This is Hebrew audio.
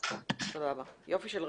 משרד המשפטים בולם אותו מאישור חוק